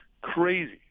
crazy